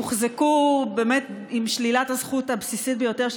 הוחזקו באמת עם שלילת הזכויות הבסיסית ביותר,